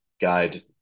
guide